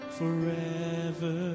forever